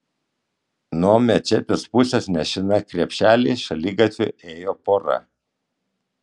nuo mečetės pusės nešina krepšeliais šaligatviu ėjo pora